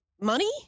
money